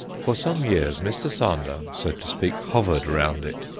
for some years mr. sander, so to speak, hovered round it,